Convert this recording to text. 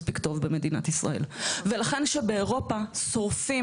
כך טוב במדינת ישראל ולכן שבאירופה ששורפים